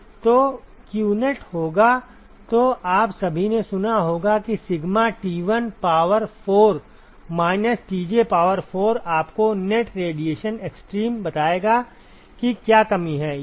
तो qnet होगा तो आप सभी ने सुना होगा कि sigma Ti power 4 minus Tj power 4 आपको नेट रेडिएशन एक्सट्रीम बताएगा कि क्या कमी है